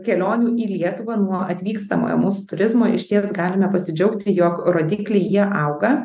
kelionių į lietuvą nuo atvykstamojo mūsų turizmo išties galime pasidžiaugti jog rodikliai jie auga